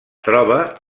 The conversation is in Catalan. troba